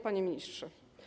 Panie Ministrze!